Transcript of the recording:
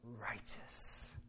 righteous